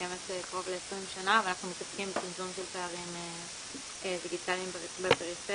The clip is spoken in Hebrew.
קיימת כבר 20 שנה ואנחנו מתעסקים בצמצום של פערים דיגיטליים בפריפריה.